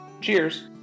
Cheers